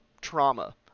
trauma